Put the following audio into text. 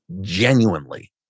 genuinely